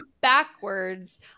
backwards